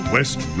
West